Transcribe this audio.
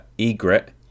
Egret